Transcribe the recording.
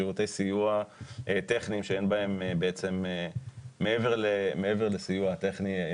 שירותי סיוע טכניים שאין בהם בעצם מעבר לסיוע הטכני.